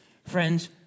Friends